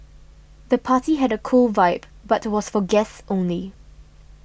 the party had a cool vibe but was for guests only